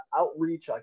outreach